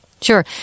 Sure